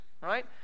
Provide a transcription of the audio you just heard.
right